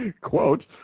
quote